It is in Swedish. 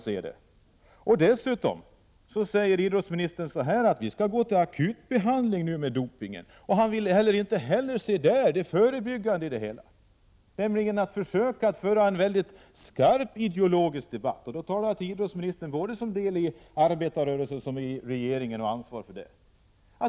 Idrottsministern säger dessutom att vi skall gå till akutbehandling av dopingen. Han vill inte heller där se till vad som kan förebygga det hela, nämligen att vi försöker föra en mycket skarp ideologisk debatt. Då talar jag till idrottsministern i hans roll både som delaktig i idrottsrörelsen och som ansvarig i regeringen för idrottsfrågorna.